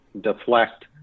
deflect